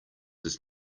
his